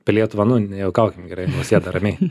pelija tvanu nejuokaukim gerai nausėda ramiai